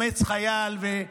"אמץ חייל" נתנו,